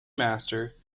master